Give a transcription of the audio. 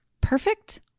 Perfect